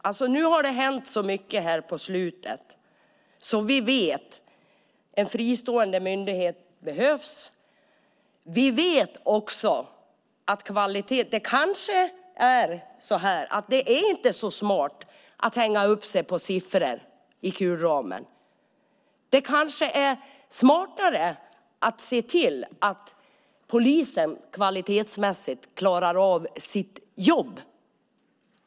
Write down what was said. Det har hänt så mycket på sista tiden som bekräftar att en fristående myndighet behövs. Det är kanske inte så smart att hänga upp sig på siffror. Det kanske är smartare att se till polisen kvalitetsmässigt klarar av sitt jobb.